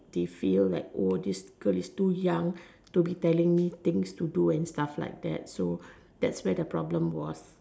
they feel like oh this girl is too young to me telling me things to do and stuff like that so that's where the problem was